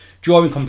drawing